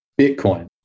Bitcoin